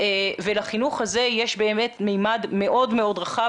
ולחינוך הזה יש באמת ממד מאוד מאוד רחב,